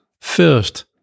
First